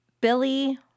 Billy